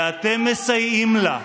ואתם מסייעים לה.